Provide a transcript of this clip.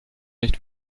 nicht